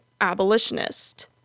abolitionist